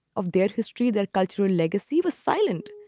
of dead history, their cultural legacy was silent.